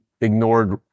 ignored